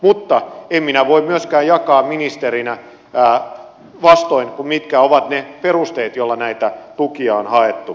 mutta en minä voi myöskään jakaa ministerinä vastoin sitä mitkä ovat ne perusteet joilla näitä tukia on haettu